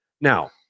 Now